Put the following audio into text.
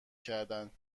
کردند